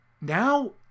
now